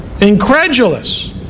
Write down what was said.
incredulous